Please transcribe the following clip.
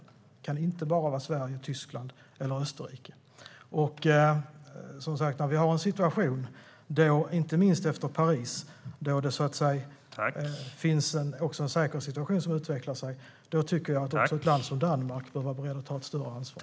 Det kan inte bara handla om Sverige, Tyskland eller Österrike. Vi har en säkerhetssituation som, inte minst efter Parisdådet, kan utveckla sig och bli allvarligare, och då tycker jag att ett land som Danmark borde vara med och ta ett större ansvar.